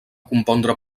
compondre